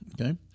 Okay